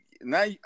now